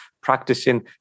practicing